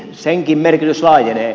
senkin merkitys laajenee